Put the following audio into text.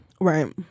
Right